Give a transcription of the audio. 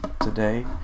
today